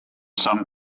some